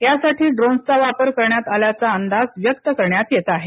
यासाठी ड्रोन्सचा वापर करण्यात आल्याचा अंदाज व्यक्त करण्यात येत आहे